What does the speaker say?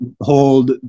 hold